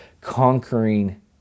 conquering